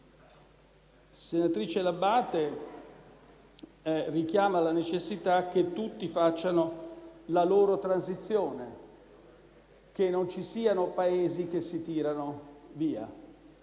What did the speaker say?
senatrice L'Abbate ha richiamato la necessità che tutti facciano la loro transizione, che non ci siano Paesi che si tirano